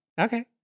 okay